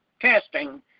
testing